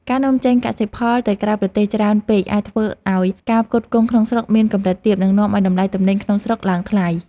ការនាំចេញកសិផលទៅក្រៅប្រទេសច្រើនពេកអាចធ្វើឱ្យការផ្គត់ផ្គង់ក្នុងស្រុកមានកម្រិតទាប និងនាំឱ្យតម្លៃទំនិញក្នុងស្រុកឡើងថ្លៃ។